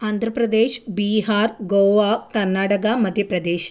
Andhra Pradesh Bihar Goa Karnataka Madhya Pradesh